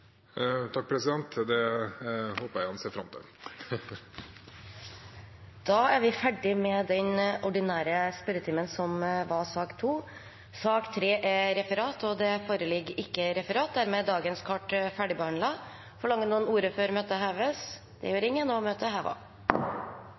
Det håper jeg han ser fram til. Dermed er sak nr. 2 ferdigbehandlet. Det foreligger ikke referat. Dermed er dagens kart ferdigbehandlet. Forlanger noen ordet før møtet heves?